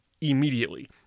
immediately